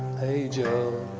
hey joe.